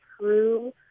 true